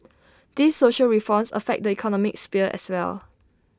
these social reforms affect the economic sphere as well